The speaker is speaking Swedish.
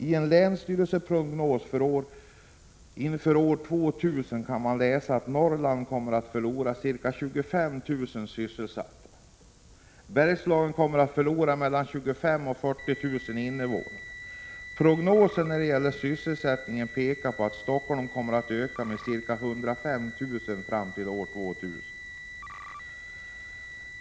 I en länsstyrelseprognos inför år 2000 kan man läsa att Norrland kommer att förlora ca 25 000 sysselsatta och att Bergslagen kommer att förlora mellan 25 000 och 40 000 invånare. Prognoserna när det gäller sysselsättningen pekar på att Stockholm kommer att öka med ca 105 000 invånare fram till år 2000.